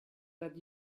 that